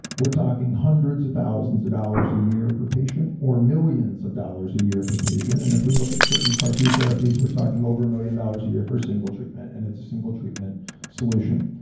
we're talking hundreds of thousands of dollars a year per patient or millions of dollars a year per patient. and if we look at certain car t therapies, we're talking over a million dollars a year for single treatment and it's a single treatment solution.